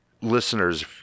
listeners